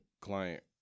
client